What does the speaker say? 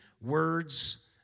words